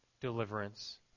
deliverance